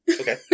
Okay